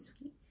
sweet